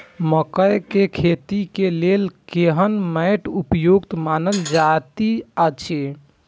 मकैय के खेती के लेल केहन मैट उपयुक्त मानल जाति अछि?